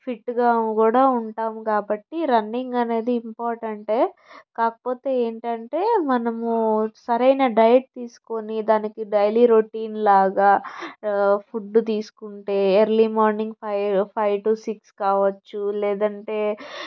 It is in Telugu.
ఫిట్టుగా కూడా ఉంటాము కాబట్టి రన్నింగ్ అనేది ఇంపార్టెంటే కాకపోతే ఏంటంటే మనము సరైన డైట్ తీసుకుని దానికి డైలీ రొటీన్లాగా ఫుడ్డు తీసుకుంటే early morning five five to six కావచ్చు లేదంటే